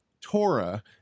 Torah